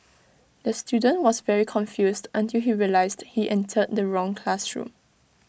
the student was very confused until he realised he entered the wrong classroom